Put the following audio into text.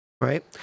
right